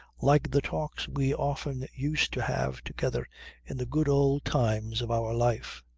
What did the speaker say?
like the talks we often used to have together in the good old times of our life.